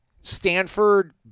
Stanford